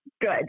Good